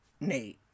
Nate